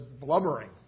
blubbering